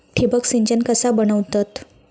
ठिबक सिंचन कसा बनवतत?